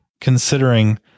considering